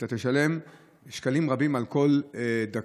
אתה תשלם שקלים רבים על כל דקה.